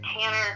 Tanner